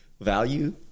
value